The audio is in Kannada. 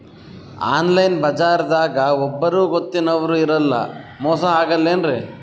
ಆನ್ಲೈನ್ ಬಜಾರದಾಗ ಒಬ್ಬರೂ ಗೊತ್ತಿನವ್ರು ಇರಲ್ಲ, ಮೋಸ ಅಗಲ್ಲೆನ್ರಿ?